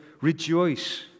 rejoice